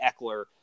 Eckler